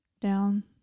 down